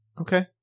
Okay